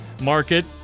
market